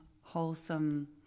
wholesome